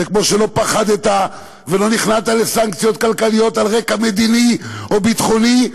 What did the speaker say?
וכמו שלא פחדת ולא נכנעת לסנקציות כלכליות על רקע מדיני או ביטחוני,